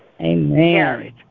Amen